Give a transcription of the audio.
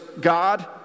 God